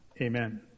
Amen